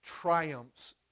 triumphs